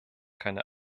keine